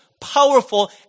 powerful